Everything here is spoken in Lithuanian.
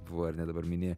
buvo ar ne dabar mini